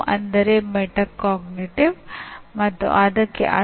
ಆದ್ದರಿಂದ "ನಿಲವು ಆಧಾರಿತ" ಎಂದರೇನು